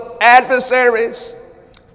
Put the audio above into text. adversaries